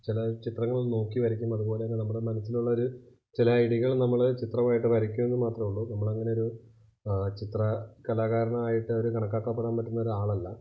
ചില ചിത്രങ്ങൾ നോക്കി വരയ്ക്കും അതുപോലെത്തന്നെ നമ്മുടെ മനസ്സിലുള്ള ഒരു ചില ഐഡിയകൾ നമ്മൾ ചിത്രമായിട്ട് വരയ്ക്കുമെന്ന് മാത്രമേ ഉള്ളു നമ്മളങ്ങനെ ഒരു ചിത്ര കലാകാരനായിട്ട് ഒരു കണക്കാക്കപ്പെടാൻ പറ്റുന്ന ഒരാളല്ല